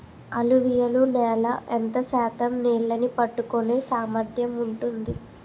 అలువియలు నేల ఎంత శాతం నీళ్ళని పట్టుకొనే సామర్థ్యం ఉంటుంది?